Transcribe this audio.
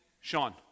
Sean